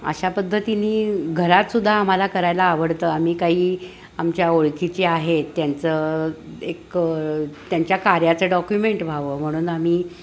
अशा पद्धतीने घरात सुद्धा आम्हाला करायला आवडतं आ्ही काही आमच्या ओळखीचे आहेत त्यांचं एक त्यांच्या कार्याचं डॉक्युमेंट व्हावं म्हणून आम्ही